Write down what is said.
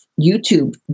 YouTube